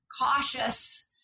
cautious